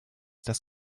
das